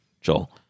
Joel